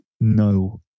no